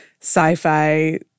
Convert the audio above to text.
sci-fi